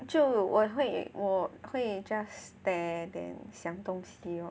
就我会我会 just stare then 想东西 lor